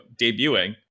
debuting